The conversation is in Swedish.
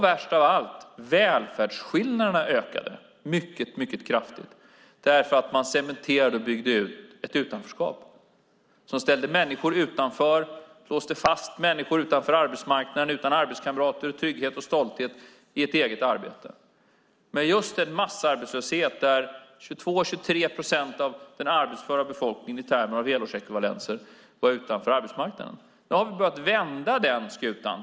Värst av allt var att välfärdsskillnaderna ökade mycket kraftigt eftersom man cementerade och byggde ut ett utanförskap. Det ställde människor utanför och låste fast människor utanför arbetsmarknaden utan arbetskamrater och trygghet och stolthet i ett eget arbete. Det var en massarbetslöshet där ca 22 procent av den arbetsföra befolkningen, i termer av helårsekvivalenser, stod utanför arbetsmarknaden. Nu har vi börjat vända den skutan.